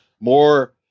more